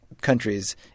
countries